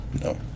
No